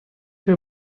her